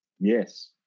Yes